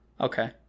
okay